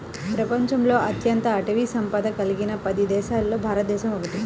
ప్రపంచంలో అత్యంత అటవీ సంపద కలిగిన పది దేశాలలో భారతదేశం ఒకటి